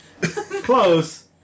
Close